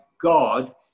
God